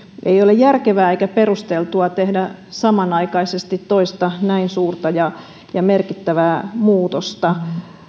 ei ole järkevää eikä perusteltua tehdä samanaikaisesti toista näin suurta ja ja merkittävää muutosta